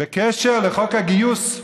בקשר לחוק הגיוס,